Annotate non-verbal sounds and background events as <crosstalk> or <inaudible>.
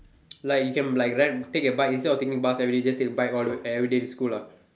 <noise> like you can like ride take a bike instead of taking bus everyday just take a bike all the way everyday to school lah